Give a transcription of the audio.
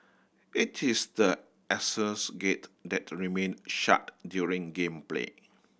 it is the aisles gate that remain shut during game play